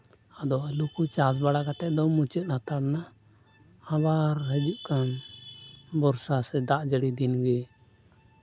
ᱟᱫᱚ ᱟᱹᱞᱩ ᱠᱚ ᱪᱟᱥ ᱵᱟᱲᱟ ᱠᱟᱛᱮᱫ ᱫᱚ ᱢᱩᱪᱟᱹᱫ ᱦᱟᱛᱟᱲᱱᱟ ᱟᱵᱟᱨ ᱦᱤᱡᱩᱜ ᱠᱟᱱ ᱵᱚᱨᱥᱟ ᱥᱮ ᱫᱟᱜ ᱡᱟᱹᱲᱤ ᱫᱤᱱ ᱜᱮ